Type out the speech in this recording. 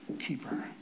keeper